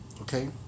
Okay